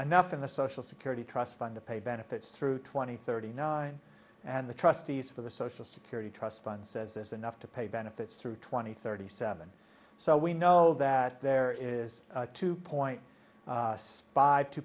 enough in the social security trust fund to pay benefits through twenty thirty nine and the trustees for the social security trust fund says this enough to pay benefits through twenty thirty seven so we know that there is a two point